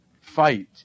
fight